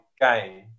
game